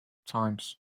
times